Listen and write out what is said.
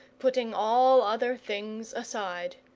putting all other things aside.